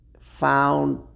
found